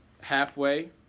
halfway